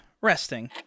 resting